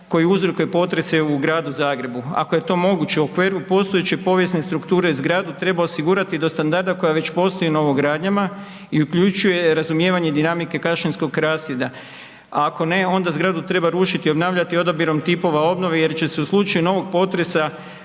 koji uzrokuje potrese u Gradu Zagrebu. Ako je to moguće u okviru postojeće povijesne strukture, zgradu treba osigurati do standarda koja već postoji na novogradnjama i uključuje razumijevanje i dinamike kašinskog rasjeda. Ako ne onda zgradu treba rušiti i obnavljati odabirom tipova obnove jer će se u slučaju novog potresa